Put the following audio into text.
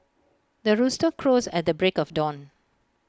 the rooster crows at the break of dawn